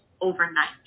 overnight